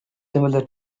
similar